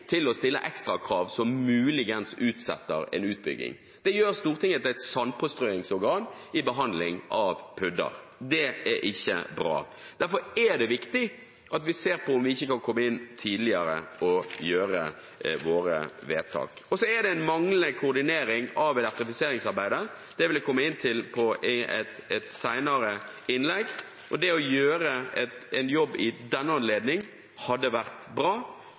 ikke bra. Derfor er det viktig at vi ser på om vi ikke kan komme inn tidligere og gjøre våre vedtak. Så er det en manglende koordinering av elektrifiseringsarbeidet. Det vil jeg komme inn på i et senere innlegg. Det å gjøre en jobb i den anledning hadde vært bra.